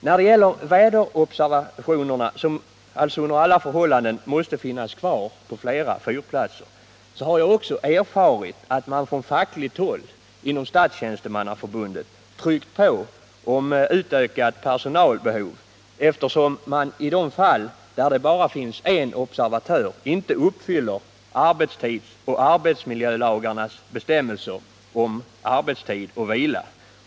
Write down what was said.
När det gäller väderobservationerna, som alltså under alla förhållanden måste finnas kvar på flera fyrplatser, har jag också erfarit att man på fackligt håll, nämligen från Statstjänstemannaförbundet, tryckt på om utökat personalbehov, eftersom man i de fall där det bara finns en observatör inte uppfyller arbetstidsoch arbetsmiljölagarnas bestämmelser om arbetstid och vila.